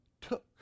took